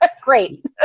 great